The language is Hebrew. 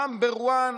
number one,